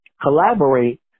collaborate